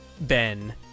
Ben